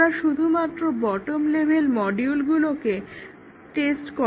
তারা শুধুমাত্র bottom level মডিউলগুলোকে টেস্ট করে